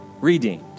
redeemed